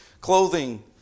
clothing